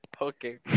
Okay